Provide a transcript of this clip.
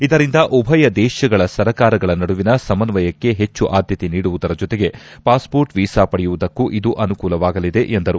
ಇದರಿಂದ ಉಭಯ ದೇಶಗಳ ಸರಕಾರಗಳ ನಡುವಿನ ಸಮನ್ವಯಕ್ಕೆ ಹೆಚ್ಚು ಆದ್ಯತೆ ನೀಡುವುದರ ಜೊತೆಗೆ ಪಾಸ್ಹೋಟ್ ವೀಸಾ ಪಡೆಯುವುದಕ್ಕೂ ಇದು ಅನುಕೂಲವಾಗಲಿದೆ ಎಂದರು